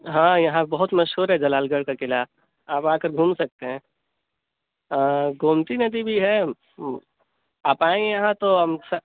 ہاں یہاں بہت مشہور ہے جلال گڑھ کا قلعہ آپ آ کے گھوم سکتے ہیں گومتی ندی بھی ہے آپ آئیں یہاں تو ہم